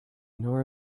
nor